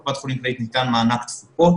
בקופת החולים ניתן מענק תוספות,